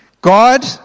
God